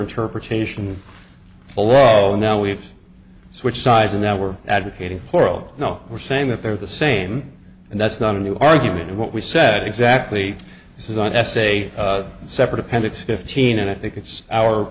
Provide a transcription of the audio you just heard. interpretation below and now we've switched sides and now we're advocating plural no we're saying that they're the same and that's not a new argument what we said exactly this is an essay separate appendix fifteen and i think it's our